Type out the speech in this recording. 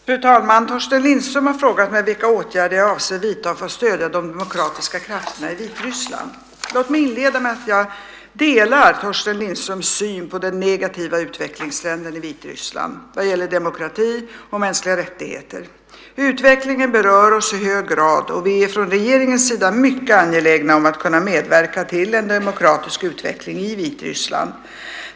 Fru talman! Torsten Lindström har frågat mig vilka åtgärder jag avser att vidta för att stödja de demokratiska krafterna i Vitryssland. Låt mig inleda med att säga att jag delar Torsten Lindströms syn på den negativa utvecklingstrenden i Vitryssland vad gäller demokrati och mänskliga rättigheter. Utvecklingen berör oss i hög grad och vi är från regeringens sida mycket angelägna om att kunna medverka till en demokratisk utveckling i Vitryssland.